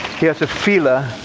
has a feeler,